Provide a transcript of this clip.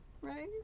Right